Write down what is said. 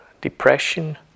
depression